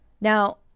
Now